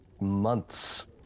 months